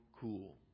cool